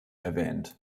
erwähnt